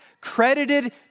credited